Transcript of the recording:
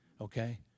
okay